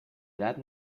edad